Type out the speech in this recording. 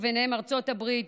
ובהם ארצות הברית,